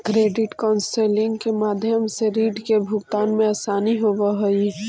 credit counselling के माध्यम से रीड के भुगतान में असानी होवऽ हई